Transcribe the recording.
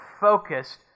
focused